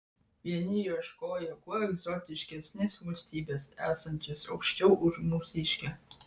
vieni ieškojo kuo egzotiškesnės valstybės esančios aukščiau už mūsiškę